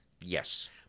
Yes